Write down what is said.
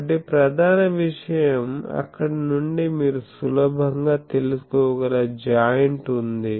కాబట్టి ప్రధాన విషయం అక్కడ నుండి మీరు సులభంగా తెలుసుకోగల జాయింట్ ఉంది